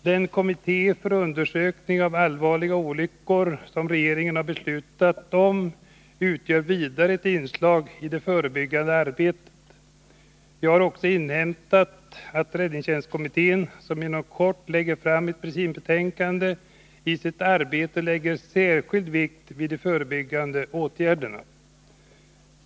Den kommitté för undersökning av allvarliga olyckor som regeringen har beslutat om utgör vidare ett inslag i det förebyggande arbetet. Jag har också inhämtat att räddningstjänstkommittén. som inom kort lägger fram ett principbetänkande, i sitt arbete lägger särskild vikt vid de förebyggande åtgärderna.